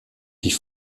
die